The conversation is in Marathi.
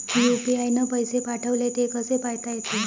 यू.पी.आय न पैसे पाठवले, ते कसे पायता येते?